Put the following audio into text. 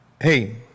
hey